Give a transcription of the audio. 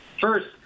First